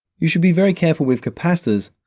you should be very careful with capacitors.